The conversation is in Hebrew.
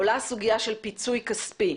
עולה הסוגיה של פיצוי כספי.